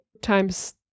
times